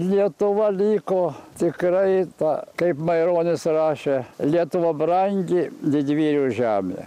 lietuva liko tikrai ta kaip maironis rašė lietuva brangi didvyrių žemė